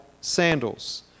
sandals